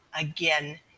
again